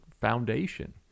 foundation